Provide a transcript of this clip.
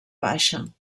baixa